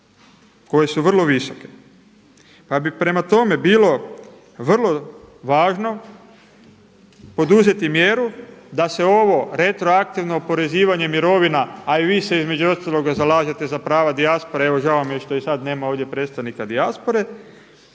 koje su vrlo visoke. Pa bi prema tome bilo vrlo važno poduzeti mjeru da se ovo retroaktivno oporezivanje mirovina a i vi se između ostaloga zalažete za prava dijaspore. Evo žao mi je što i sada nema predstavnika dijaspore,